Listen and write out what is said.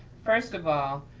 first of all,